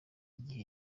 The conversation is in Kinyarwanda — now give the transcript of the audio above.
igihe